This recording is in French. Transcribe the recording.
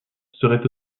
serait